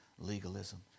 legalism